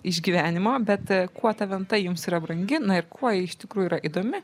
išgyvenimo bet kuo ta venta jums yra brangi na ir kuo ji iš tikrųjų yra įdomi